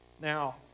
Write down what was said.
Now